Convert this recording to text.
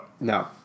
No